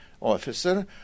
officer